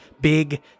big